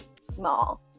small